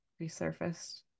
resurfaced